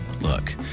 Look